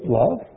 love